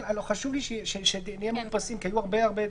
חשוב לי שנהיה מאופסים כי עלו הרבה מאוד דברים.